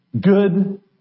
Good